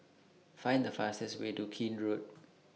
Find The fastest Way to Keene Road